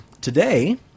Today